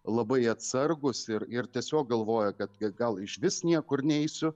labai atsargūs ir ir tiesiog galvoja kad gal išvis niekur neisiu